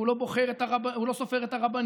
הוא לא סופר את הרבנים,